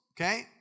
okay